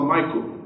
Michael